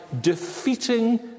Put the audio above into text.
defeating